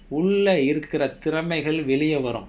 உள்ள இருக்குற திறமைகள் வெளியவரும்:ulla irukkura thiramaigal veliyavarum